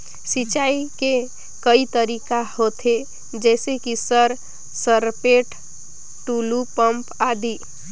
सिंचाई के कई तरीका होथे? जैसे कि सर सरपैट, टुलु पंप, आदि?